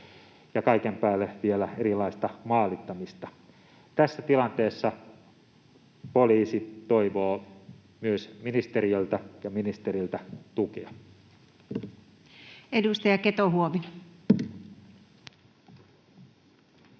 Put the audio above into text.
ja kaiken päälle vielä erilaista maalittamista. Tässä tilanteessa poliisi toivoo tukea myös ministeriöltä ja ministeriltä. [Speech 126] Speaker: